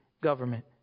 government